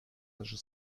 даже